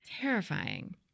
Terrifying